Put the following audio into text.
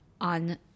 on